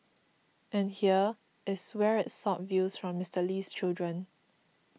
and here is where it sought views from Mister Lee's children